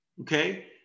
okay